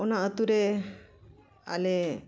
ᱚᱱᱟ ᱟᱹᱛᱩ ᱨᱮ ᱟᱞᱮ